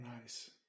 nice